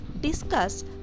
discuss